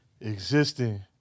existing